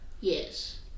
Yes